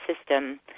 system –